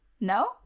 No